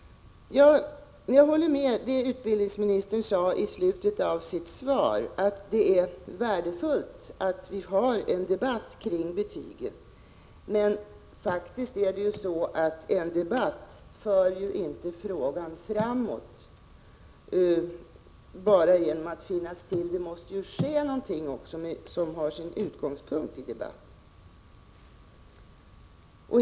Jag håller med om det utbildningsministern sade i slutet av sitt svar, att det är värdefullt att vi har en debatt kring betygen. Men en debatt för faktiskt inte frågan framåt bara genom att finnas till. Det måste ju också ske någonting som har sin utgångspunkt i debatten.